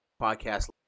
podcast